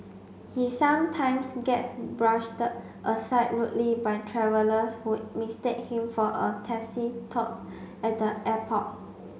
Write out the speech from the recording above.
he sometimes gets aside rudely by travellers who mistake him for a taxi tout at the airport